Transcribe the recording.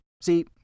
See